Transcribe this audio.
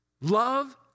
love